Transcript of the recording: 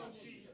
Jesus